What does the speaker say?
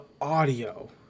audio